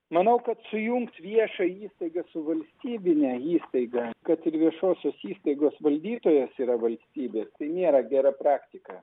manau kad sujungt viešajai įstaigai su valstybine įstaiga kad ir viešosios įstaigos valdytojas yra valstybė nėra gera praktika